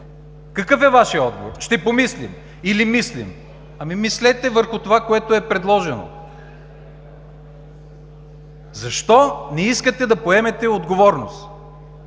Какъв е Вашият отговор? – „Ще помислим“ или „Мислим“. Ами мислете върху това, което е предложено. Защо не искате да поемете отговорност?